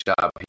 job